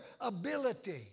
ability